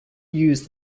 use